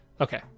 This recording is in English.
Okay